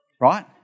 right